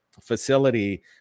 facility